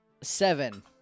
Seven